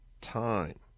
time